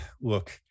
look